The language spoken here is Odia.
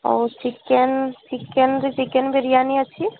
ଆଉ ଚିକେନ୍ ଚିକେନ୍ କୁ ଚିକେନ୍ ବିରିୟାନୀ ଅଛି